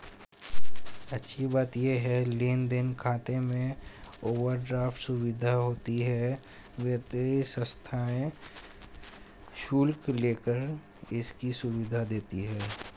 अच्छी बात ये है लेन देन खाते में ओवरड्राफ्ट सुविधा होती है वित्तीय संस्थाएं शुल्क लेकर इसकी सुविधा देती है